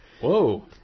Whoa